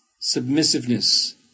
submissiveness